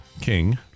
King